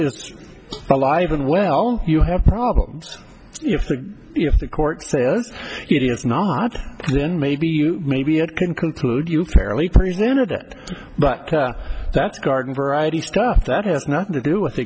is alive and well you have problems if the if the court says it is not then maybe you maybe it can conclude you fairly presented it but that's garden variety stuff that has nothing to do with